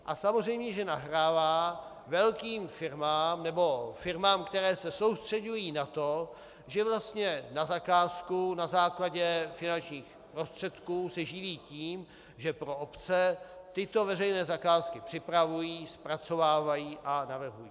A samozřejmě že nahrává velkým firmám nebo firmám, které se soustřeďují na to, že vlastně na zakázku na základě finančních prostředků se živí tím, že pro obce tyto veřejné zakázky připravují, zpracovávají a navrhují.